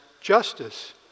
justice